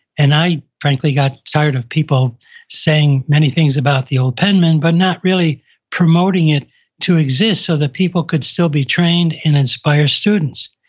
and i frankly got tired of people saying many things about the old penman, but not really promoting it to exist so that people could still be trained and inspire students.